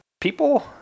people